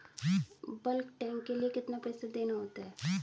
Bulk tank के लिए कितना पैसा देना होता है?